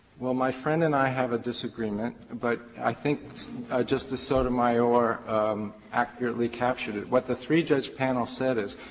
well, my friend and i have a disagreement, but i think justice sotomayor accurately captured it. what the three-judge panel said is,